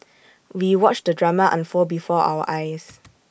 we watched the drama unfold before our eyes